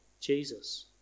Jesus